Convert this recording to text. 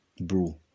bro